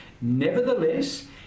Nevertheless